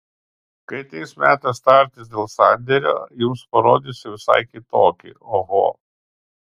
kai ateis metas tartis dėl sandėrio jums parodysiu visai kitokį oho